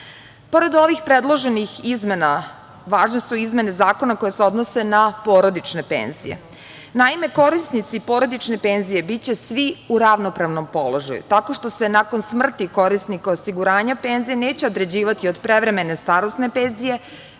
staža. Pored ovih predloženih izmena važne su izmene zakona koje se odnose na porodične penzije. Naime, korisnici porodične penzije biće svi u ravnopravnom položaju tako što se nakon smrti korisnika osiguranja penzije neće određivati od prevremene starosne penzije,